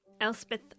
Elspeth